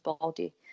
body